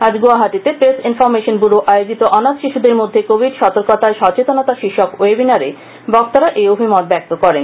আজ গুয়াহাটিতে Press Information Bureau আয়োজিত অনাথ শিশুদের মধ্যে কোভিড সতর্কতায় সচেতনতা শীর্ষক ওয়েবিনারে বক্তারা এই অভিমত ব্যক্ত করেন